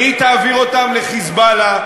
והיא תעביר אותם ל"חיזבאללה",